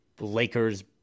lakers